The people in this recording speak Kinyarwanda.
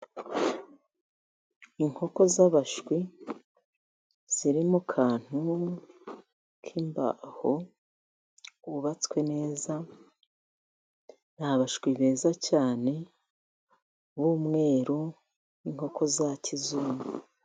Inkoko z'abashwi ziri mu akantu k'imbaho kubatswe neza. N'abashwi beza cyane b'umweru n'inkoko za kizungu.